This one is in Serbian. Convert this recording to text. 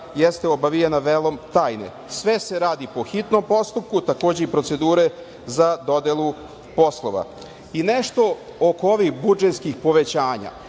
jeste obavijena velom tajne. Sve se radi po hitnom postupku takođe i procedure za dodelu poslova. I, nešto oko ovih budžetskih povećanja,